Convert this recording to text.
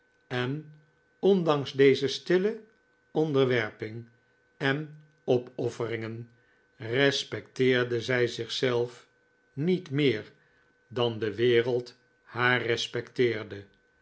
en ondanks deze stille onderwerping en opofferingen respecteerde zij zichzelf niet meer dan de wereld haar respecteerde